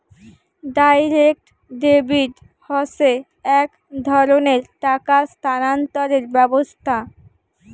direct debit হসে এক ধরণের টাকা স্থানান্তরের ব্যবস্থা